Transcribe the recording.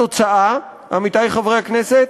התוצאה, עמיתי חברי הכנסת,